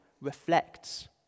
reflects